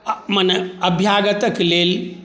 आ मने अभ्यागतक लेल